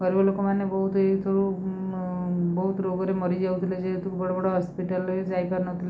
ଗରିବ ଲୋକମାନେ ବହୁତ ଏଇଥିରୁ ବହୁତ ରୋଗରେ ମରିଯାଉଥିଲେ ଯେହେତୁ ବଡ଼ ବଡ଼ ହସ୍ପିଟାଲରେ ଯାଇପାରୁନଥିଲେ